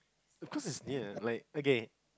because it's near like okay